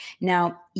Now